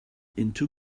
into